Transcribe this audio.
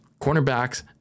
cornerbacks